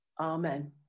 Amen